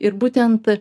ir būtent